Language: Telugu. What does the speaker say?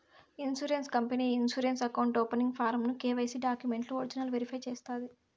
ఇన్సూరెన్స్ కంపనీ ఈ ఇన్సూరెన్స్ అకౌంటు ఓపనింగ్ ఫారమ్ ను కెవైసీ డాక్యుమెంట్లు ఒరిజినల్ వెరిఫై చేస్తాది